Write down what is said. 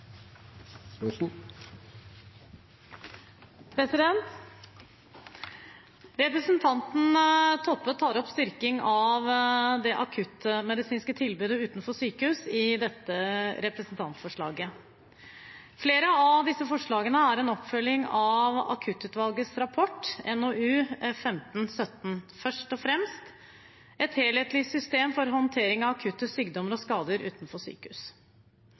vedtatt. Representanten Toppe tar opp styrking av det akuttmedisinske tilbudet utenfor sykehus i dette representantforslaget. Flere av disse forslagene er en oppfølging av Akuttutvalgets rapport, NOU 2015:17 Først og fremst – Et helhetlig system for håndtering av akutte sykdommer og skader utenfor sykehus.